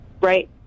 right